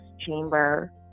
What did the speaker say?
chamber